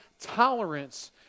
tolerance